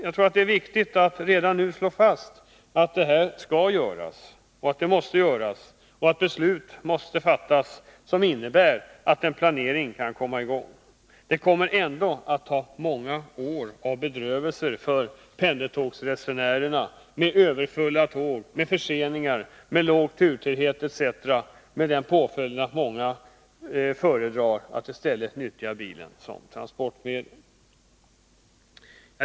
Det är därför viktigt att man redan nu slår fast att dessa åtgärder skall vidtas. Och beslut som innebär att en planering kan komma i gång måste fattas nu. Det kommer ändå att ta många år av bedrövelser för pendeltågsresenärerna att anlägga dubbelspåren. Överfulla tåg, förseningar, låg turtäthet etc. har den påföljden att många föredrar att i stället nyttja bilen som transportmedel.